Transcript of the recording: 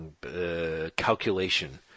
calculation